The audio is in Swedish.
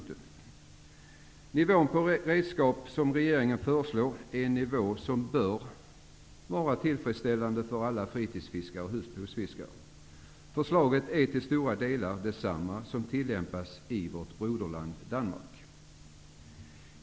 Den nivå när det gäller antalet redskap som regeringen föreslår bör vara tillfredsställande för alla fritidsfiskare och husbehovsfiskare. Förslaget är till stora delar detsamma som den ordning som tillämpas i vårt broderland Danmark.